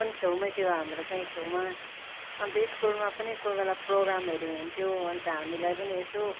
पनि छेउमै थियो हाम्रो त्यहीँ छेउमा अन्त स्कुलमा पनि कोही बेला प्रोग्रामहरू हुन्थ्यो अन्त हामीलाई पनि यसो